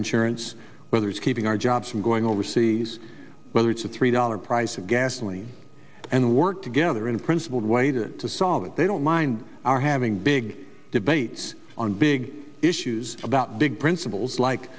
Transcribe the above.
insurance whether it's keeping our jobs from going overseas whether it's a three dollar price of gasoline and work together in a principled way that to solve it they don't mind are having big debates on big issues about big principles like